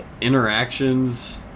interactions